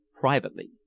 privately